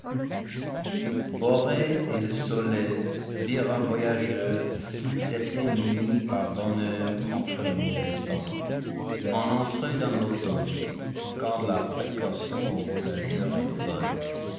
orée et le soleil virent un voyageur qui s'était muni par bonheur contre le mauvais temps on entrait dans l'automne quand la précaution aux voyageais est bonne